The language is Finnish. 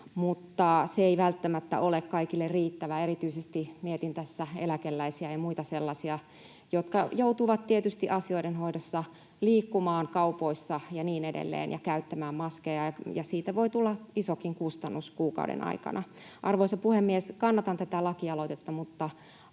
mutta se ei välttämättä ole kaikille riittävä — erityisesti mietin tässä eläkeläisiä ja muita sellaisia, jotka joutuvat tietysti asioiden hoitamiseksi liikkumaan kaupoissa ja niin edelleen ja käyttämään maskeja, mistä voi tulla isokin kustannus kuukauden aikana. Arvoisa puhemies! Kannatan tätä lakiesitystä, mutta